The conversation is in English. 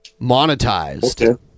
monetized